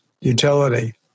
utility